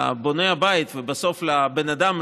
לבונה הבית ובסוף לבן אדם,